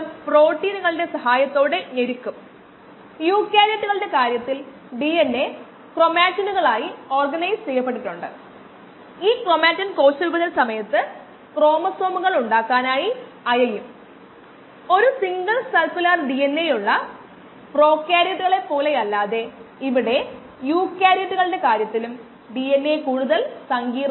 lag phase 20 മിനിറ്റാണ് അത് t zero ആണ് അവ അറിയപ്പെടുന്ന കാര്യങ്ങളാണ്